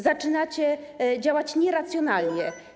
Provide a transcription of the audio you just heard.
Zaczynacie działać nieracjonalnie.